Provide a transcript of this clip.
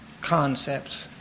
concepts